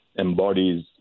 embodies